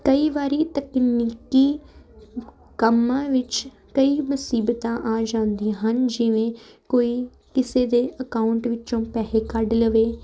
ਕਈ ਵਾਰੀ ਤਕਨੀਕੀ ਕੰਮਾਂ ਵਿੱਚ ਕਈ ਮੁਸੀਬਤਾਂ ਆ ਜਾਂਦੀਆਂ ਹਨ ਜਿਵੇਂ ਕੋਈ ਕਿਸੇ ਦੇ ਅਕਾਊਂਟ ਵਿੱਚੋਂ ਪੈਸੇ ਕੱਢ ਲਵੇ